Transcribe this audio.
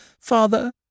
father